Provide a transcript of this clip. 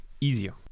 easier